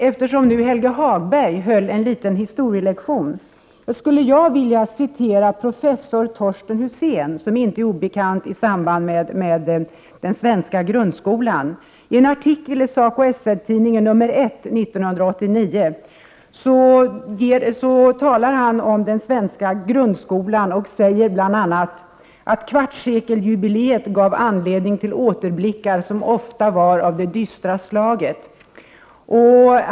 Eftersom Helge Hagberg höll en liten historielektion, skulle jag vilja citera professor Torsten Husén, som inte är obekant i samband med den svenska grundskolan. I en artikel i SACO/SR-tidningen nr 1 för år 1989 talar han om den svenska grundskolan och säger bl.a. att kvartssekeljubileet gav anledning till återblickar som ofta var av det dystra slaget.